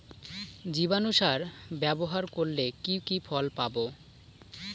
জীবাণু সার ব্যাবহার করলে কি কি ফল পাবো?